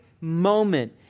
moment